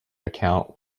account